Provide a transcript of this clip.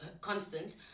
constant